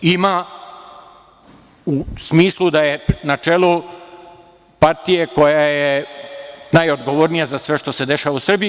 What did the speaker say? Ima u smislu da je na čelu partije koja je najodgovornija za sve što se dešava u Srbiji.